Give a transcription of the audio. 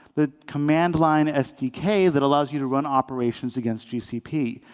the command line sdk that allows you to run operations against gcp.